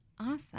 Awesome